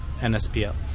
NSPL